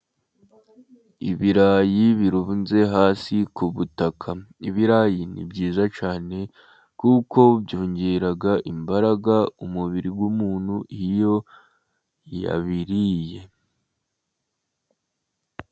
Ibirayi birunze hasi ku butaka. Ibirayi ni byiza cyane, kuko byongera imbaraga umubiri w'umuntu iyo yabiriye.